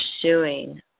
pursuing